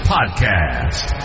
Podcast